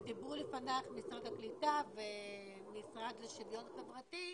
ודיברו לפנייך ממשרד הקליטה והמשרד לשוויון חברתי,